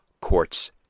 courts